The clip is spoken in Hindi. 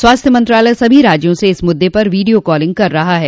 स्वास्थ्य मंत्रालय सभी राज्यों से इस मुद्दे पर वीडियो कॉलिंग कर रहा है